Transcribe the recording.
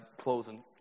closing